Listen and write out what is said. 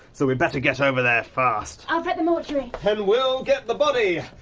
so we'd better get over there fast. i'll prep the mortuary. and we'll get the body.